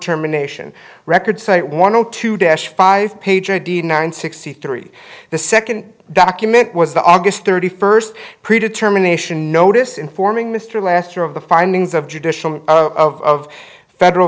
terminations records site one zero two dash five page or deed nine sixty three the second document was the aug thirty first pre determination notice informing mr last year of the findings of judicial of federal